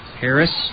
Harris